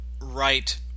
right